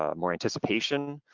ah more anticipation,